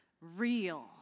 Real